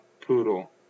poodle